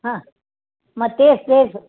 हां मग तेच ते